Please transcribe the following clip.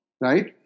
right